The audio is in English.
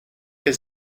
his